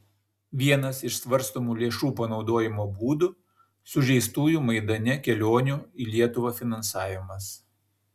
vienas iš svarstomų lėšų panaudojimo būdų sužeistųjų maidane kelionių į lietuvą finansavimas